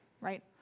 right